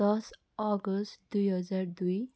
दस अगस्त दुई हजार दुई